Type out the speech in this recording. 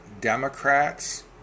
Democrats